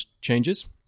changes